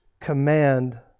command